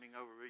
over